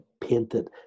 painted